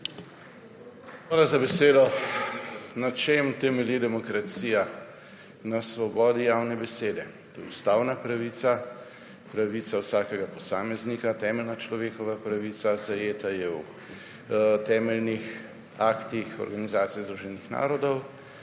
Hvala za besedo. Na čem temelji demokracija? Na svobodi javne besede. To je ustavna pravica, pravica vsakega posameznika, temeljna človekova pravica, zajeta je v temeljnih aktih organizacije Združenih narodov.